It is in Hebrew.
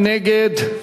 מי נגד?